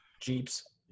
jeeps